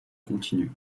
continue